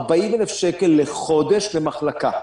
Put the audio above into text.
40,000 שקל לחודש למחלקה.